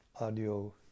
audio